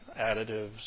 additives